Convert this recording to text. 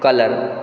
color